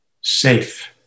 safe